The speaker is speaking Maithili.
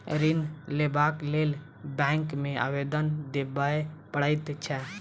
ऋण लेबाक लेल बैंक मे आवेदन देबय पड़ैत छै